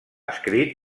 escrit